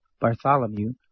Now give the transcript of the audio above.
Bartholomew